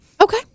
Okay